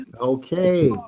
Okay